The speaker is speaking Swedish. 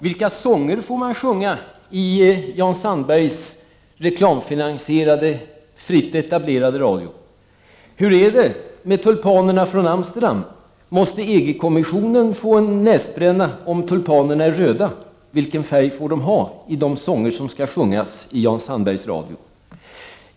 Vilka sånger får man sjunga i Jan Sandbergs reklamfinansierade, fritt etablerade radio? Hur är det med tulpanerna från Amsterdam? Måste EG-kommissionen få en näsbränna om tulpanerna är röda? Vilken färg får de ha i de sånger som skall sjungas i Jan Sanbergs radio?